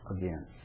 again